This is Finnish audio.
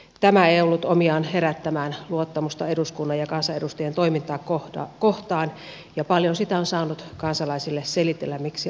tämä ei ollut omiaan herättämään luottamusta eduskunnan ja kansanedustajien toimintaa kohtaan ja paljon sitä on saanut kansalaisille selitellä miksi asia näin läpi vietiin